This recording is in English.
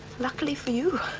luckily for you.